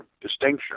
distinction